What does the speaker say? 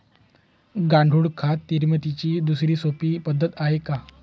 गांडूळ खत निर्मितीची दुसरी सोपी पद्धत आहे का?